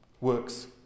works